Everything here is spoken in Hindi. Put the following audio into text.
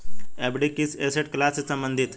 एफ.डी किस एसेट क्लास से संबंधित है?